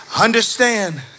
Understand